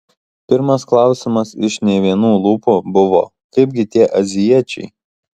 pirmas klausimas iš ne vienų lūpų buvo kaipgi tie azijiečiai